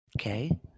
Okay